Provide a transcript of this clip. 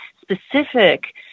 specific